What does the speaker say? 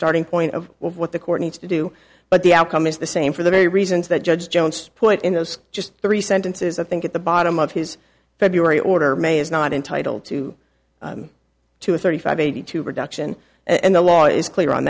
starting point of what the court needs to do but the outcome is the same for the very reasons that judge jones put in those just three sentences i think at the bottom of his february order may is not entitled to to a thirty five eighty two reduction and the law is clear on